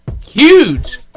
huge